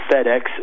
FedEx